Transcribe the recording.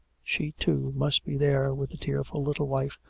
she, too, must be there with the tearful little wife,